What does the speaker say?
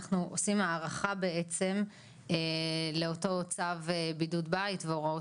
אנחנו עושים הארכה בעצם לאותו צו בידוד בית והוראות